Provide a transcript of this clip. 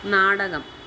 നാടകം